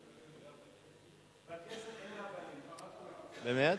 בכנסת אין רבנים, באמת?